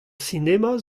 sinema